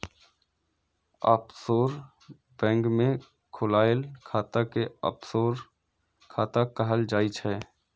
offshore bank मे खोलाएल खाता कें ऑफसोर खाता कहल जाइ छै